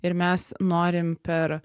ir mes norim per